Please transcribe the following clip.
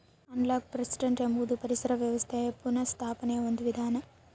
analogue forestry ಎಂಬುದು ಪರಿಸರ ವ್ಯವಸ್ಥೆಯ ಪುನಃಸ್ಥಾಪನೆಯ ಒಂದು ವಿಧಾನ